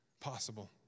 possible